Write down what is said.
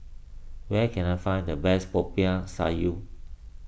where can I find the best Popiah Sayur